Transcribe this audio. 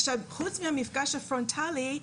חוץ מהמפגש הפרונטלי,